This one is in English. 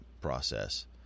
process